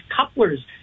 couplers